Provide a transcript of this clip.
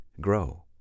grow